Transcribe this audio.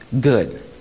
good